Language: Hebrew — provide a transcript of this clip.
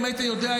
אם היית יודע,